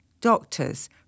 doctors